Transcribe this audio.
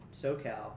SoCal